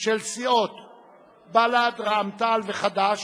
של סיעות בל"ד, רע"ם-תע"ל וחד"ש,